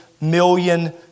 million